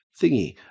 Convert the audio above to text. Thingy